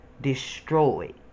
destroyed